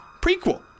prequel